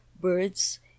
birds